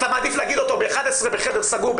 אתה מעדיף להגיד אותו בשעה 11:00 בחדר סגור,